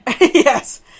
Yes